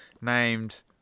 named